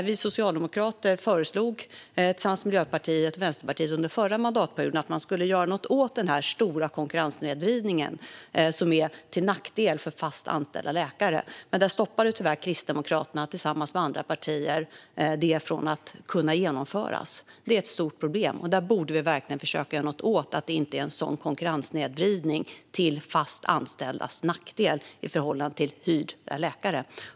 Vi socialdemokrater, tillsammans med Miljöpartiet och Vänsterpartiet, föreslog under förra mandatperioden att man skulle göra något åt denna stora konkurrenssnedvridning som är till nackdel för fast anställda läkare. Men det stoppade tyvärr Kristdemokraterna tillsammans med andra partier från att kunna genomföras. Det här är ett stort problem som vi verkligen borde försöka göra något åt, så att det inte är en sådan konkurrenssnedvridning till fast anställdas nackdel i förhållande till hyrda läkare.